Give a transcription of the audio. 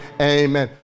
amen